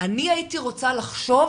הייתי רוצה לחשוב